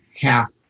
half